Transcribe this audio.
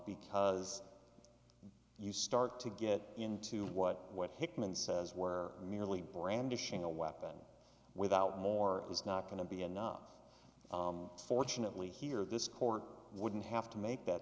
because the you start to get into what what hickman's says were merely brandishing a weapon without more is not going to be enough fortunately here this court wouldn't have to make that